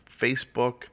Facebook